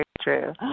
true